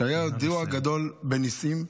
היה ידוע גדול בניסים.